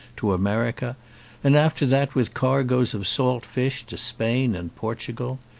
to america and after that with cargoes of salt fish to spain and portugal.